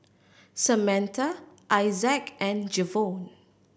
Samatha Isaac and Jevon